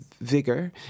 vigor